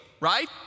right